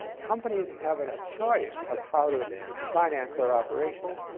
companies have and a choice of how to finance their operations.